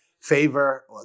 Favor